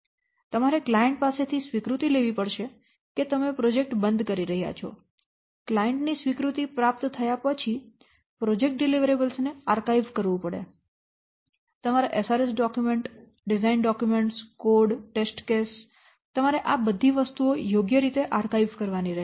તમારે ક્લાયંટ પાસેથી સ્વીકૃતિ લેવી પડશે કે તમે પ્રોજેક્ટ બંધ કરી રહ્યા છો ક્લાયંટ ની સ્વીકૃતિ પ્રાપ્ત થયા પછી પ્રોજેક્ટ ડિલિવરીબલ્સ ને આર્કાઇવ કરવું પડે તમારા SRS ડોક્યુમેન્ટ ડિઝાઇન દસ્તાવેજો કોડ અને ટેસ્ટ કેસો તમારે આ બધી વસ્તુઓ યોગ્ય રીતે આર્કાઇવ કરવાની રહેશે